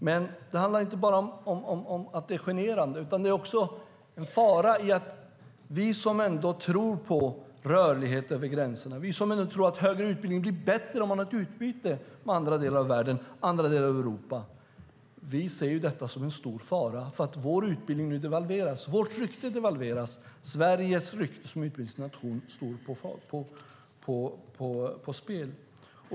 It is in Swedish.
Men det handlar inte bara om att det är generande, utan vi som tror på rörlighet över gränserna och att högre utbildning blir bättre om man har ett utbyte med andra delar av Europa ser detta som en stor fara för att vår utbildning och vårt rykte devalveras. Sveriges rykte som utbildningsnation står på spel.